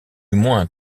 moins